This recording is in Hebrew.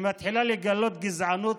שמתחילה לגלות גזענות,